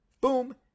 boom